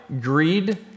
greed